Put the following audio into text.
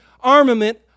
armament